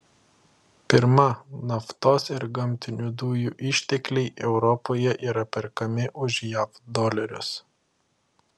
pirma naftos ir gamtinių dujų ištekliai europoje yra perkami už jav dolerius